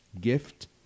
Gift